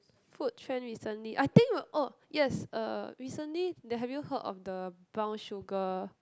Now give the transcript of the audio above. food trend recently I think oh yes uh recently there have you heard of the brown sugar